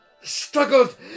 struggled